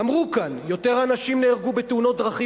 אמרו כאן שיותר אנשים נהרגו בתאונות דרכים